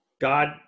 God